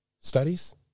Studies